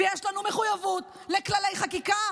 ויש לנו מחויבות לכללי חקיקה,